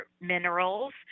minerals